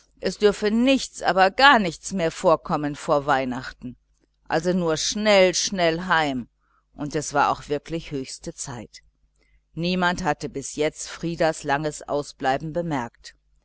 es dürfe nichts gar nichts mehr vorkommen vor weihnachten also nur schnell schnell heim und es war wirklich höchste zeit niemand hatte bis jetzt frieders langes ausbleiben bemerkt